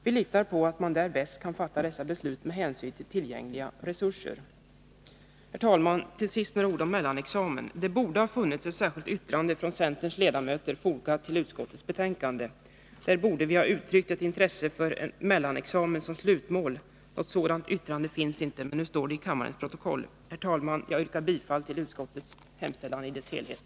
Vi litar på att man där bäst kan fatta dessa beslut med hänsyn till tillgängliga resurser. Herr talman! Till sist några ord om mellanexamen. Det borde ha funnits ett särskilt yttrande från centerns ledamöter fogat till utskottets betänkande. Där borde vi ha uttryckt ett intresse för mellanexamen som slutmål. Något sådant yttrande finns inte, men nu finns vårt intresse noterat i kammarens protokoll. Herr talman! Jag yrkar bifall till utskottets hemställan i dess helhet.